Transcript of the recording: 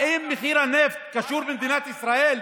האם מחיר הנפט קשור במדינת ישראל?